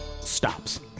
stops